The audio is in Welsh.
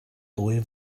ddwy